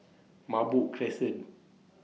Merbok Crescent